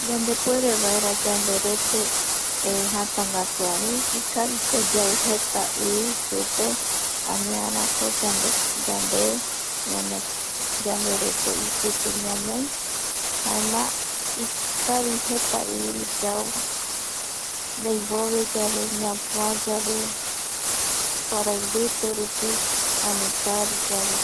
Yandepuerevaera yanderete jatangatu i supe aniarako yande yarete ipitu ñanoi jaema ikavi jeta i yau ndimboveyave, ñapua yave, kuarai mbiterupi ani kaaruyave